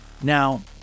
Now